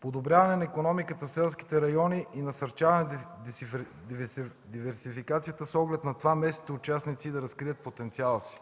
подобряване на икономиката в селските райони и насърчаване на диверсификацията с оглед на това местните участници да разкрият потенциала си;